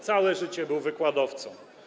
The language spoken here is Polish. Całe życie był wykładowcą.